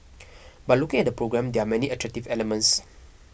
but looking at the programme there are many attractive elements